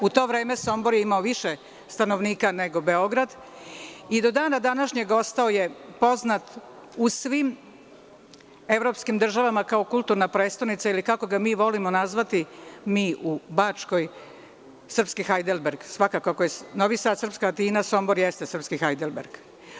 U to vreme Sombor je imao više stanovnika nego Beograd i do dana današnjeg ostao je poznat u svim evropskim državama kao kulturna prestonica, ili kako ga mi volimo nazvati mi u Bačkoj, srpski Hajdelberg, svakako ako je Novi Sad srpska Atina, Sombor jeste srpski Hajdelberg.